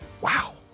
wow